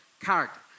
character